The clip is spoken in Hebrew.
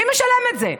מי משלם את זה?